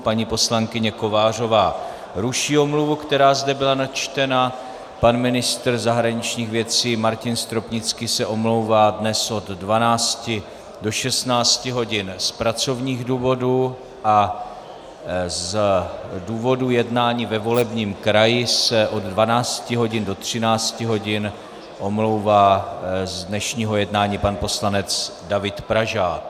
Paní poslankyně Kovářová ruší omluvu, která zde byla načtena, pan ministr zahraničních věcí Martin Stropnický se omlouvá dnes od 12 do 16 hodin z pracovních důvodů a z důvodu jednání ve volebním kraji se od 12 hodin do 13 hodin omlouvá z dnešního jednání pan poslanec David Pražák.